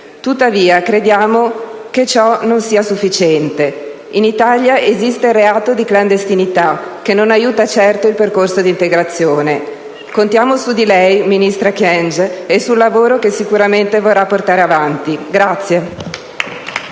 Tuttavia, crediamo che ciò non sia sufficiente. In Italia esiste il reato di clandestinità, che non aiuta certo il percorso di integrazione. Contiamo su di lei, ministra Kyenge, e sul lavoro che sicuramente vorrà portare avanti.